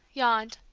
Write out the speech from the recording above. yawned,